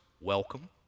welcome